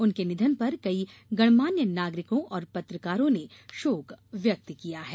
उनके निधन पर कई गणमान्य नागरिकों और पत्रकारों ने शोक व्यक्त किया है